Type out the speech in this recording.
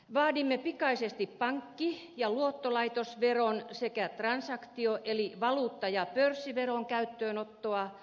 vaadimme pikaisesti pankki ja luottolaitosveron sekä transaktio eli valuutta ja pörssiveron käyttöönottoa